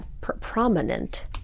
Prominent